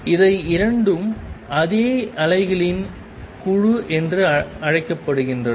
இவை இரண்டும் ஏதோ அலைகளின் குழு என்று அழைக்கப்படுகின்றன